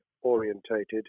orientated